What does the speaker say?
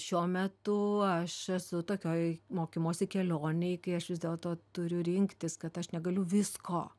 šiuo metu aš esu tokioj mokymosi kelionėj kai aš vis dėlto turiu rinktis kad aš negaliu visko